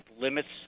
limits